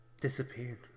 disappeared